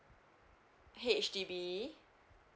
H_D_B